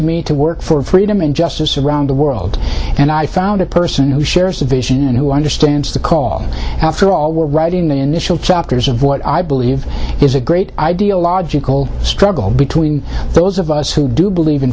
me to work for freedom and justice around the world and i found a person who shares a vision and who understands the call after all we're writing the initial chapters of what i believe is a great ideological struggle between those of us who do believe in